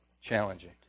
challenging